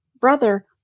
brother